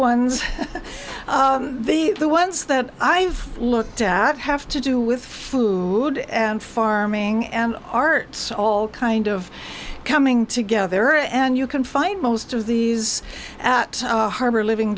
ones the ones that i've looked at have to do with food and farming and arts all kind of coming together and you can find most of these at harbor living